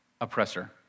oppressor